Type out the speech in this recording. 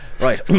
Right